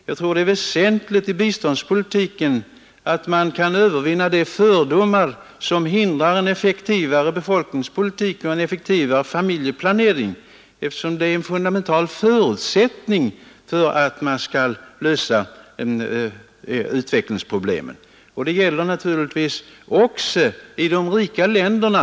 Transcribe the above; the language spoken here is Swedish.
Jag tror det är väsentligt i biståndspolitiken att man kan övervinna de fördomar som hindrar en effektivare befolkningspolitik och en effektivare familjeplanering, eftersom det är en fundamental förutsättning för att man skall kunna lösa utvecklingsproblemen. Detta gäller naturligtvis också de rika länderna.